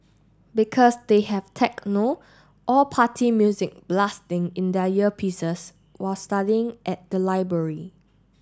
because they have techno or party music blasting in their earpieces while studying at the library